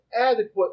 adequate